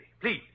please